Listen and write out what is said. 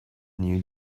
new